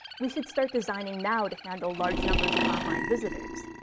we should start designing now to handle large numbers of online visitors,